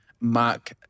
mark